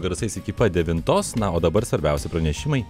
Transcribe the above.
garsais iki pat devintos na o dabar svarbiausi pranešimai